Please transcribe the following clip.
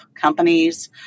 companies